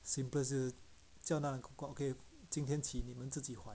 simpler 是叫她 okay 今天起你们自己买